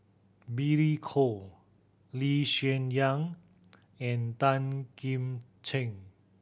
Billy Koh Lee Hsien Yang and Tan Kim Ching